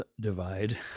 divide